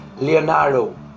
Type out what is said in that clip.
Leonardo